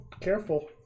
Careful